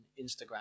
Instagram